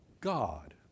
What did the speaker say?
God